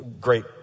Great